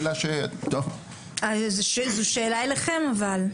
זו שאלה אליכם אבל.